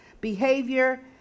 behavior